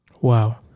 Wow